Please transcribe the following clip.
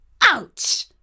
Ouch